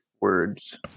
words